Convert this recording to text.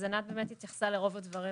אז ענת באמת התייחסה לרוב הדברים,